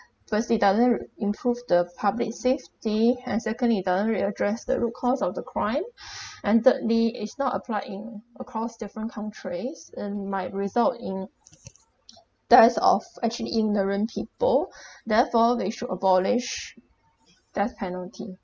firstly doesn't improve the public safety and secondly it doesn't really address the root cause of the crime and thirdly is not applied in across different countries and might result in death of actually innocent people therefore they should abolish death penalty